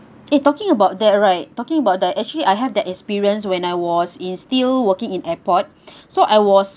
eh talking about that right talking about that actually I have that experience when I was in still working in airport so I was